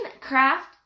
craft